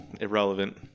Irrelevant